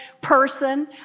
person